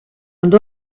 and